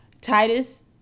Titus